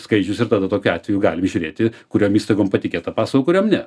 skaičius ir tada tokiu atveju galim žiūrėti kuriom įstaigom patikėt tą paslaugą kuriom ne